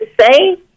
say